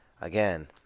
again